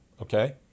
Okay